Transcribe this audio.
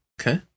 Okay